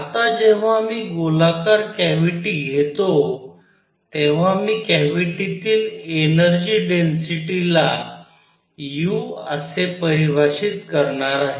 आता जेव्हा मी गोलाकार कॅव्हिटी घेतो तेव्हा मी कॅव्हिटीतील एनर्जी डेन्सिटीला u असे परिभाषित करणार आहे